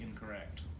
incorrect